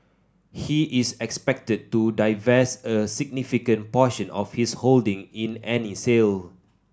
he is expected to divest a significant portion of his holding in any sale